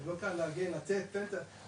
לא קל לתת פנטה,